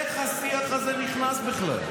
איך השיח הזה נכנס בכלל?